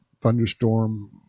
thunderstorm